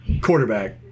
quarterback